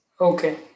Okay